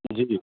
जी